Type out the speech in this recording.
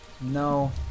No